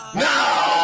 now